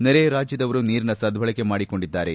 ನೆರೆಯ ರಾಜ್ಯದವರು ನೀರಿನ ಸದ್ದಳಕೆ ಮಾಡಿಕೊಂಡಿದ್ದಾರೆ